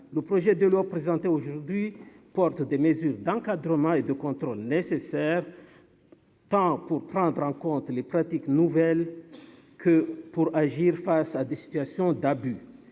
le projet de loi présenté aujourd'hui porte des mesures d'encadrement et de contrôle nécessaires tant pour prendre en compte les pratiques nouvelles que pour agir face à des situations d'abus,